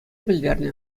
пӗлтернӗ